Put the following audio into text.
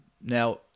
now